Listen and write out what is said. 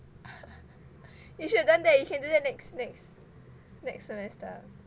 you should've done that you can do that next next next semester